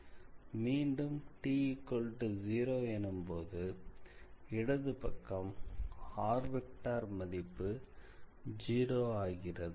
மீண்டும் எனும்போது இடது பக்கம் மதிப்பு 0 ஆகிறது